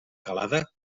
calada